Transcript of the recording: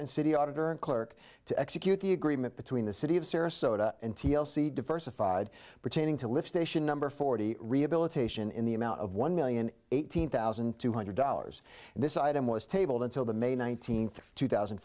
and city auditor and clerk to execute the agreement between the city of sarasota and t l c diversified pertaining to lift station number forty rehabilitation in the amount of one million eighteen thousand two hundred dollars and this item was tabled until the may nineteenth two thousand